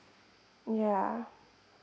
yeah